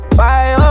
bye